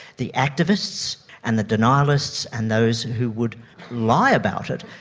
the activists and the denialists and those who would lie about it,